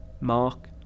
Mark